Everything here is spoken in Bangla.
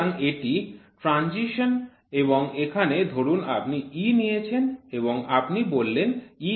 সুতরাং এটি ট্রানজিশন এবং এখানে ধরুন আপনি E নিয়েছেন এবং আপনি বললেন E S